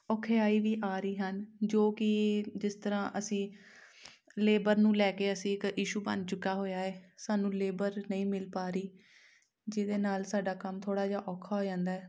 ਔਖਿਆਈ ਵੀ ਆ ਰਹੀ ਹਨ ਜੋ ਕਿ ਜਿਸ ਤਰ੍ਹਾਂ ਅਸੀਂ ਲੇਬਰ ਨੂੰ ਲੈ ਕੇ ਅਸੀਂ ਇੱਕ ਇਸ਼ੂ ਬਣ ਚੁੱਕਾ ਹੋਇਆ ਹੈ ਸਾਨੂੰ ਲੇਬਰ ਨਹੀਂ ਮਿਲ ਪਾ ਰਹੀ ਜਿਹਦੇ ਨਾਲ ਸਾਡਾ ਕੰਮ ਥੋੜ੍ਹਾ ਜਿਹਾ ਔਖਾ ਹੋ ਜਾਂਦਾ ਹੈ